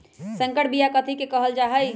संकर बिया कथि के कहल जा लई?